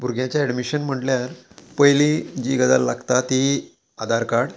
भुरग्याचें एडमिशन म्हटल्यार पयलीं जी गजाल लागता ती आधार कार्ड